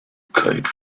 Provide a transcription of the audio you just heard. kite